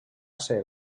ser